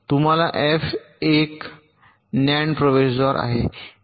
तुम्हाला एफ एक नअँड प्रवेशद्वार आहे